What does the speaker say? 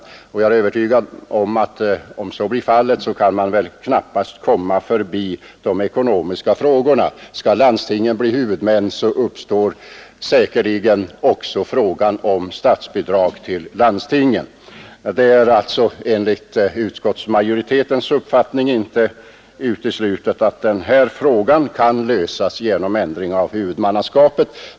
Det är också min övertygelse att man i så fall knappast kan komma förbi de ekonomiska frågorna. Skall landstingen bli huvudmän kommer säkerligen också frågan om bidrag till landstingen upp. Det är alltså enligt utskottsmajoritetens uppfattning inte uteslutet att denna fråga kan lösas genom ändring av huvudmannaskapet.